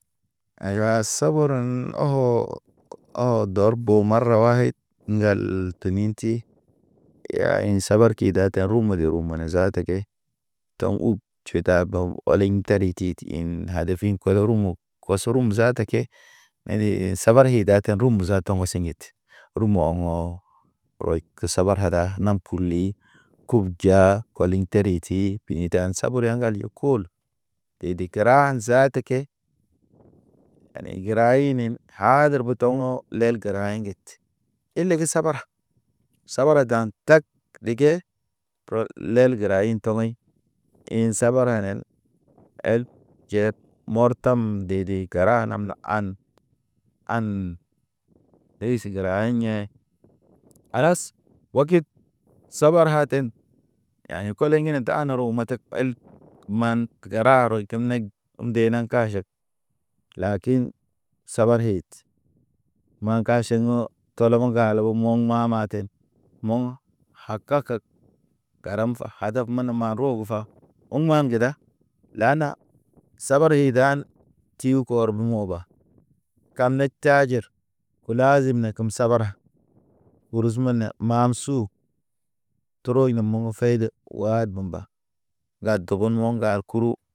Aywa seberen oko, ɔ dɔr bo marwayd ŋgal teni ti. sabar ki data rumi de rum mene zaata ke tɔŋ ub ty tabaw ɔlḛŋ tari tid. In had fin pele rumo, kɔsrum zaata ke. Sabar ye data rum zaata ŋgo̰ se ŋget. Rum ɔŋɔ, oy ke sabar kada nam kurli kub ja kɔliŋ teri ti fini dan sabur ya ŋgal ye kol. Dede gəra zaata ke, yane gəra inin hadre bo tɔŋgɔ lel gəra nge. Ile ge sabara, sabara dan tag ɗige. Ror lel gəra in tɔwɔɲ, in sabara nen, el jer mɔrtam dede. Gəra a nam na an, an, dey si gəra iyḛ. Halas wokit! Sabar haten, ya yḛ koliŋ hine da anar o matak kol. Man rarɔy kil nek m’de na ka ʃek. Lakin, sabar ye ma ka ʃḛŋ o, tolo ge ŋgalo mɔŋ ma ma te. Mɔŋa haka kek garam pa hadab ma ne ma ro ge ha, uŋ ma geda laa na, sabari hi dan. Tihu kɔr ge moba, kam nek tajir ulaazim ne kem sabara. Guruzu men ne mam su tero in ne moŋgo feyde, wa dumba ŋga dogon mo̰ ŋgal kuru.